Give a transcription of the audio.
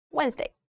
Wednesday